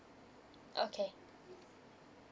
okay